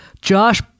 Josh